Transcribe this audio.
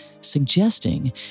suggesting